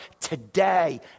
today